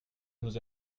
nous